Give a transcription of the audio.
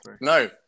no